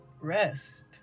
rest